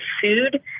food